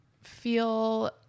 feel